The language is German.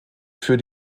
für